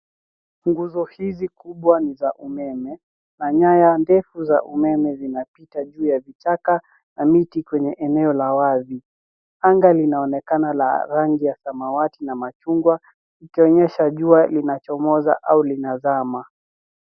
Nguzo hizi kubwa ni za umeme na nyaya ndefu za umeme zinapita juu ya vichaka na miti kwenye eneo la wazi. Anga linaonekana la rangi ya samawati na machungwa ikionyesha jua linachomoza au linazama.